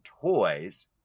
toys